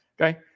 okay